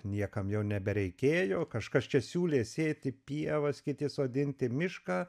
niekam jau nebereikėjo kažkas čia siūlė sėti pievas kiti sodinti mišką